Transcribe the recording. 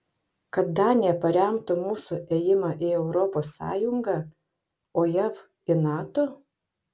kad danija paremtų mūsų ėjimą į europos sąjungą o jav į nato